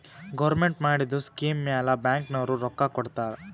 government ಮಾಡಿದು scheme ಮ್ಯಾಲ bank ನವ್ರು ರೊಕ್ಕಾ ಕೊಡ್ತಾರ್